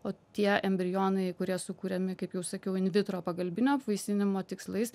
o tie embrionai kurie sukuriami kaip jau sakiau invitro pagalbinio apvaisinimo tikslais